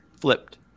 flipped